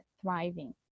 thriving